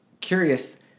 curious